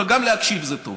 אבל גם להקשיב זה טוב.